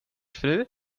fru